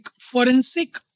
forensic